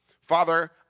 Father